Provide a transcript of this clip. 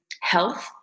health